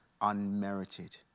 unmerited